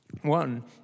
One